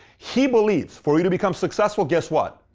he believes for you to become successful, guess what?